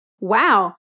Wow